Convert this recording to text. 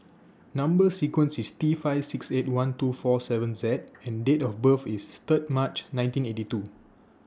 Number sequence IS T five six eight one two four seven Z and Date of birth IS Third March nineteen eighty two